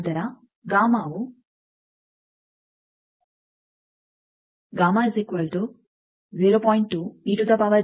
4 degree ಆಗಿದೆ ನಂತರ ಗಾಮಾವು ಆಗಿದೆ